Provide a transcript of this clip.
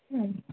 ಹ್ಞೂ